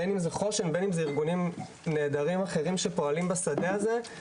בין אם זה חוש"ן או בין אם זה ארגונים אחרים נהדרים שפועלים בשדה הזה,